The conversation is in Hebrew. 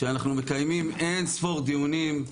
שאנחנו מקיימים אין ספור דיונים,